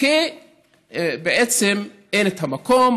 כי בעצם אין את המקום,